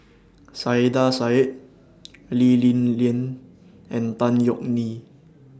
Saiedah Said Lee Li Lian and Tan Yeok Nee